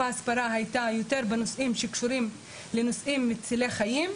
ההסברה היו יותר בנושאים שקשורים לנושאים מצילי חיים,